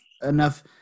enough